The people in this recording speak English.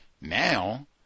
Now